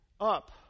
up